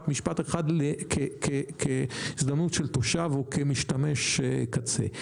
משפט אחד כהזדמנות של תושב או כמשתמש קצה.